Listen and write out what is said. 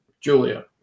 Julia